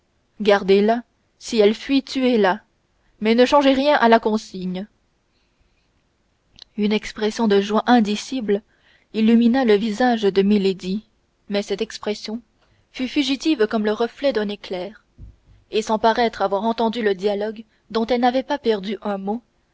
gardez-la si elle fuit tuez la mais ne changez rien à la consigne une expression de joie indicible illumina le visage de milady mais cette expression fut fugitive comme le reflet d'un éclair et sans paraître avoir entendu le dialogue dont elle n'avait pas perdu un mot